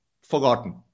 forgotten